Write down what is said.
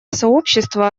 сообщество